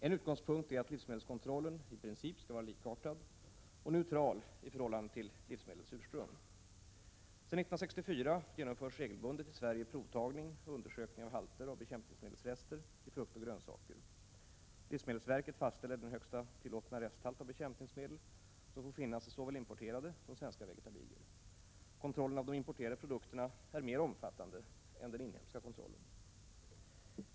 En utgångspunkt är att livsmedelskontrollen i princip skall vara likartad och neutral i förhållande till livsmedlens ursprung. Sedan 1964 genomförs regelbundet i Sverige provtagning och undersökning av halter av bekämpningsmedelsrester i frukt och grönsaker. Livsmedelsverket fastställer den högsta resthalt av bekämpningsmedel som får finnas i såväl importerade som svenska vegatabilier. Kontrollen av de importerade produkterna är mer omfattande än den inhemska kontrollen.